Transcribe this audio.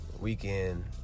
weekend